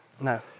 No